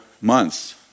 months